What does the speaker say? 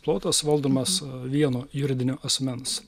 plotas valdomas vieno juridinio asmens